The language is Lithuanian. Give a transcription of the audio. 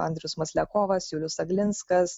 andrius masliakovas julius aglinskas